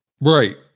Right